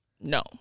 no